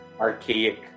archaic